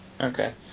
Okay